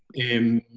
in